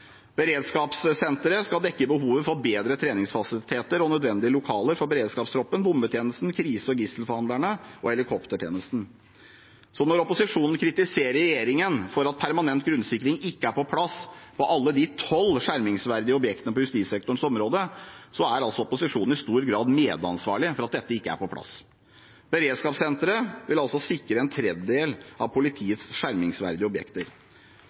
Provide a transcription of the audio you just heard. Beredskapssenteret skal dekke behovet for bedre treningsfasiliteter og nødvendige lokaler for beredskapstroppen, bombetjenesten, krise- og gisselforhandlerne og helikoptertjenesten. Når opposisjonen kritiserer regjeringen for at permanent grunnsikring ikke er på plass på alle de tolv skjermingsverdige objektene på justissektorens område, er de i stor grad medansvarlige for at dette ikke er på plass. Beredskapssenteret vil sikre en tredjedel av politiets skjermingsverdige objekter.